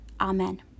Amen